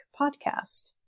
podcast